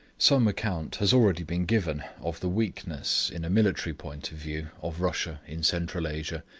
some account has already been given of the weakness, in a military point of view, of russia in central asia,